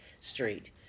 street